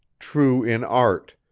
true in art,